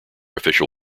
official